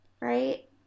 right